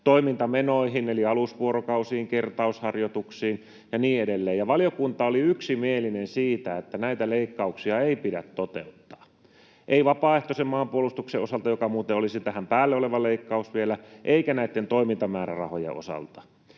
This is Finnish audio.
toimintamenoihin eli alusvuorokausiin, kertausharjoituksiin ja niin edelleen. Valiokunta oli yksimielinen siitä, että näitä leikkauksia ei pidä toteuttaa — ei vapaaehtoisen maanpuolustuksen osalta, joka muuten olisi tähän päälle oleva leikkaus vielä, eikä näitten toimintamäärärahojen osalta.